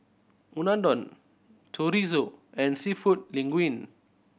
Unadon Chorizo and Seafood Linguine